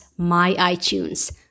myiTunes